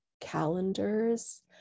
calendars